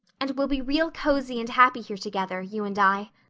and we'll be real cozy and happy here together, you and i.